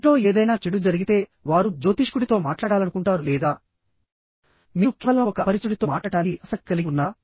ఇంట్లో ఏదైనా చెడు జరిగితే వారు జ్యోతిష్కుడితో మాట్లాడాలనుకుంటారు లేదా మీరు కేవలం ఒక అపరిచితుడితో మాట్లాడటానికి ఆసక్తి కలిగి ఉన్నారా